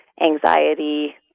anxiety